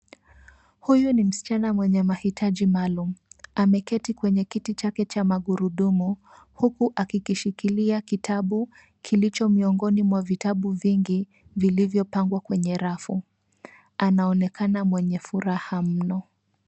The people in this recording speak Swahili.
Huyu ni msichana mwenye mahitaji maalum. Ameketi kwenye kiti chake cha magurudumu, huku akikishikilia kitabu kilicho miongoni mwa vitabu vingi vilivyopangwa kwenye rafu. Anaonekana mwenye furaha mno.